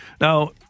Now